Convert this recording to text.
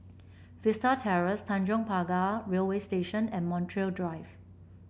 Vista Terrace Tanjong Pagar Railway Station and Montreal Drive